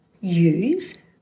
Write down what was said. use